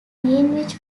greenwich